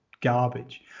garbage